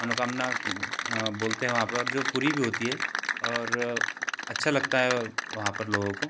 मनोकामना बोलते है वहाँ पर जो पूरी भी होती है और अच्छा लगता है वहाँ पर लोगों को